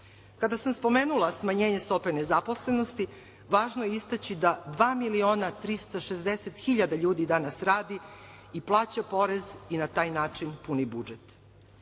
sam spomenula smanjenje stope nezaposlenosti, važno je istaći da 2.360.000 ljudi danas radi i plaća porez i na taj način puni budžet. Ovim